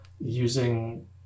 using